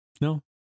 No